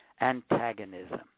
antagonism